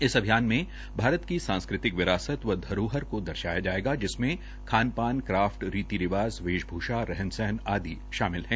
इस अभियान में भारत की संस्कृति विरासत व धरोहर को दर्शाया जायेगा जिसमें खान पान क्राफ्ट रीतिरिवाज वेषभ्षा रहन सहन आदि शामिल है